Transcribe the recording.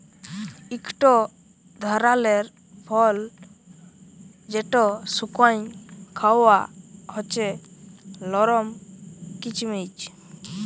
ইকট ধারালের ফল যেট শুকাঁয় খাউয়া হছে লরম কিচমিচ